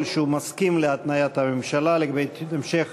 שהוא מסכים להתניית הממשלה לגבי המשך